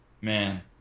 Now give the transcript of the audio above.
man